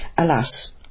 Alas